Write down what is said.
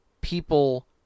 people